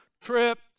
tripped